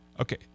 okay